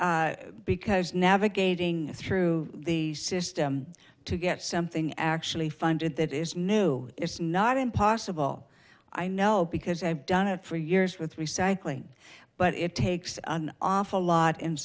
because because navigating through the system to get something actually funded that is new it's not impossible i know because i've done it for years with recycling but it takes on awful lot